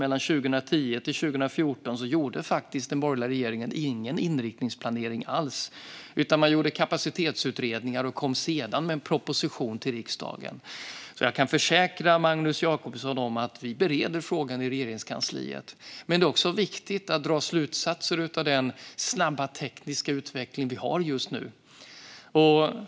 Mellan 2010 och 2014 gjorde faktiskt den borgerliga regeringen ingen inriktningsplanering alls. I stället gjorde man kapacitetsutredningar och kom sedan med en proposition till riksdagen. Jag kan försäkra Magnus Jacobsson om att vi bereder frågan i Regeringskansliet. Men det är också viktigt att dra slutsatser av den snabba tekniska utveckling som sker just nu.